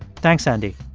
thanks, andy